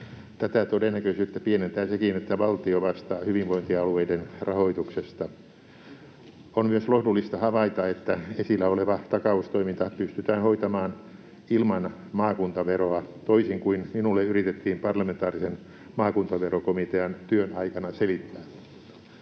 Tätä todennäköisyyttä pienentää sekin, että valtio vastaa hyvinvointialueiden rahoituksesta. On myös lohdullista havaita, että esillä oleva takaustoiminta pystytään hoitamaan ilman maakuntaveroa, toisin kuin minulle yritettiin parlamentaarisen maakuntaverokomitean työn aikana selittää.